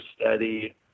steady –